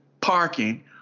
parking